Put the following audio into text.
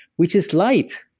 which is light.